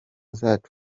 zacu